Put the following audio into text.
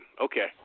Okay